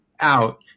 out